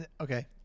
Okay